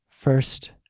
First